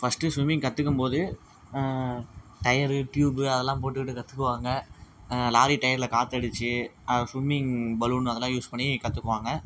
first swimming கத்துக்கும் போது tyre tube அதெல்லாம் போட்டுக்கிட்டு கற்றுக்குவாங்க லாரி டயரில் காற்றடிச்சி அதில் ஸ்விம்மிங் பலூன் அதெல்லாம் யூஸ் பண்ணிக் கற்றுக்குவாங்க